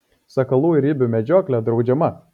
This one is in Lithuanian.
sakalų ir ibių medžioklė draudžiama